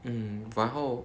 mm 然后